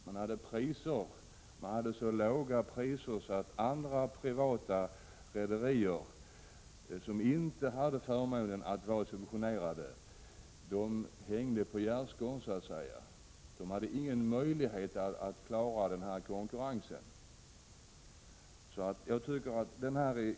Man kunde hålla så låga priser att andra privata rederier som inte hade förmånen att få subventioner så att säga hängde på gärdsgården. De hade inga möjligheter att konkurrera.